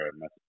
right